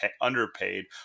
underpaid